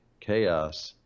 chaos